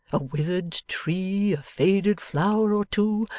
a withered tree, a faded flower or two,